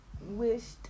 wished